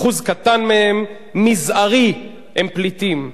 אחוז קטן מהם, מזערי, הם פליטים.